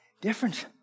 different